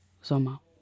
Sommer